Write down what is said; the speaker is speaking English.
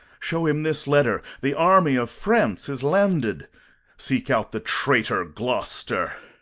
show him this letter. the army of france is landed seek out the traitor gloucester.